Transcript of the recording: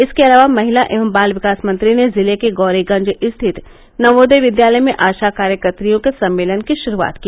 इसके अलावा महिला एवं बाल विकास मंत्री ने जिले के गौरीगंज स्थित नवोदय विद्यालय में आशा कार्य कत्रियों के सम्मेलन की शुरूआत की